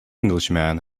englishman